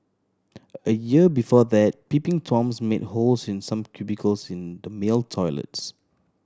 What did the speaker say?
a year before that peeping Toms made holes in some cubicles in the male toilets